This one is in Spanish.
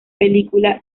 película